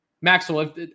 Maxwell